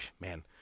man